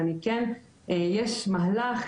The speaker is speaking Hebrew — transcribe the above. וכן יש מהלך,